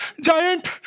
giant